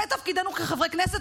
זה תפקידנו כחברי כנסת.